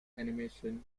animation